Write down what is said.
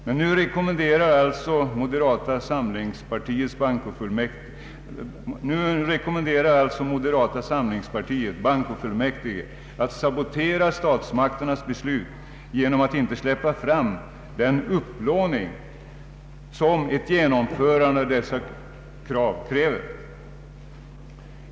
Men nu rekommenderar alltså moderata samlingspartiet bankofullmäktige att sabotera statsmakternas beslut genom att inte släppa fram den upplåning som ett genomförande av dessa beslut kräver.